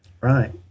right